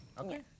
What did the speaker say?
Okay